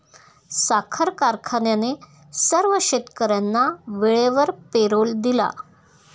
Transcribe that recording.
साखर कारखान्याने सर्व शेतकर्यांना वेळेवर पेरोल दिला